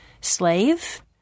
slave